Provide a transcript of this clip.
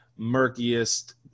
murkiest